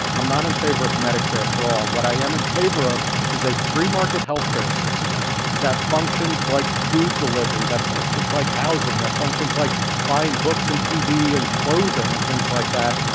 i'm not in favor of medicare for all. what i am in favor of is a free-market healthcare system that functions like food delivery, that functions like housing, that functions like buying books and tv and clothing and things like that,